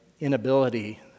inability